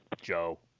joe